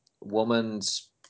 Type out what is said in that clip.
woman's